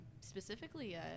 specifically